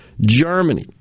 Germany